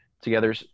together